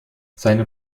seine